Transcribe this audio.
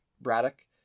Braddock